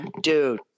dude